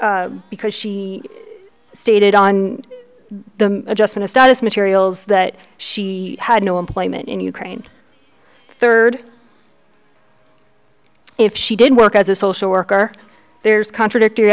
and because she stated on the adjustment of status materials that she had no employment in ukraine third if she did work as a social worker there's contradictory